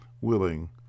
willing